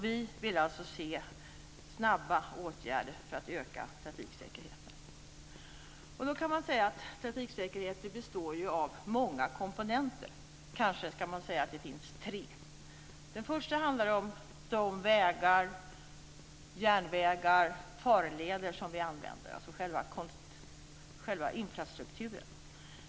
Vi vill alltså se snabba åtgärder för att öka trafiksäkerheten. Man kan säga att trafiksäkerhet består av många komponenter. Kanske kan man säga att det finns tre. Det första handlar om de vägar, järnvägar och farleder som vi använder, dvs. själva infrastrukturen.